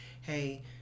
hey